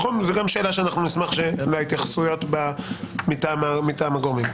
זו גם שאלה שנשמח שיהיו לה התייחסויות מטעם הגורמים.